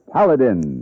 Paladin